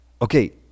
Okay